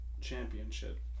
Championship